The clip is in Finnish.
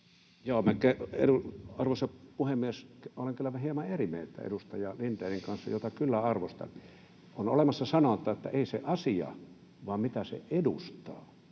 hyvä. Arvoisa puhemies! Olen kyllä hieman eri mieltä edustaja Lindénin kanssa, jota kyllä arvostan. On olemassa sanonta, että ei se asia, vaan mitä se edustaa.